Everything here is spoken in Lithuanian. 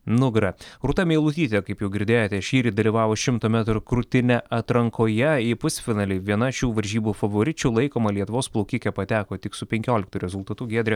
nugara rūta meilutytė kaip jau girdėjote šįryt dalyvavo šimto metrų krūtine atrankoje į pusfinalį viena šių varžybų favoričių laikoma lietuvos plaukikė pateko tik su penkioliktu rezultatu giedrė